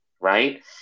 right